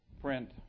print